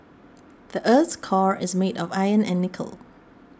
the earth's core is made of iron and nickel